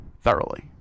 thoroughly